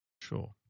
Sure